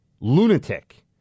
Lunatic